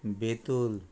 Betul